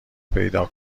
پیدا